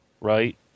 right